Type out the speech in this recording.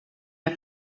der